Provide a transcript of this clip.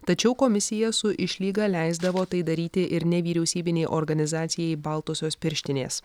tačiau komisija su išlyga leisdavo tai daryti ir nevyriausybinei organizacijai baltosios pirštinės